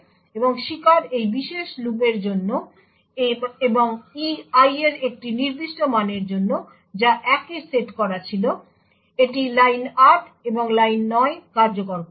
এবং শিকার এই বিশেষ লুপের জন্য এবং EI এর একটি নির্দিষ্ট মানের জন্য যা 1 এ সেট করা ছিল এটি লাইন 8 এবং লাইন 9 কার্যকর করেছে